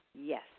Yes